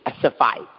suffice